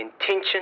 intention